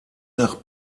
nach